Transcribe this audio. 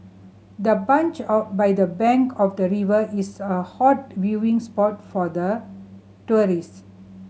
the bench by the bank of the river is a hot viewing spot for the tourists